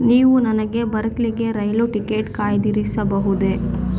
ನೀವು ನನಗೆ ಬರ್ಕ್ಲಿಗೆ ರೈಲು ಟಿಕೆಟ್ ಕಾಯ್ದಿರಿಸಬಹುದೆ